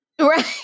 Right